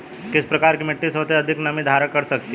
किस प्रकार की मिट्टी सबसे अधिक नमी धारण कर सकती है?